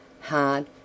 hard